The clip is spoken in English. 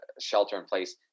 shelter-in-place